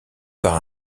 par